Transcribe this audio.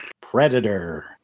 Predator